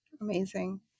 Amazing